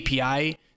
api